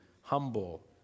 humble